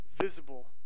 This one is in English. visible